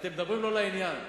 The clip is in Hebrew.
אתם מדברים לא לעניין.